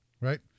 Right